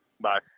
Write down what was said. Bye